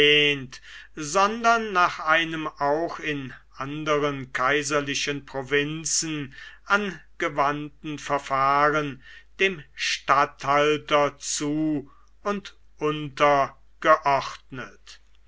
sondern nach einem auch in anderen kaiserlichen provinzen angewandten verfahren dem statthalter zu und untergeordnet